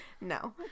no